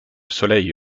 soleil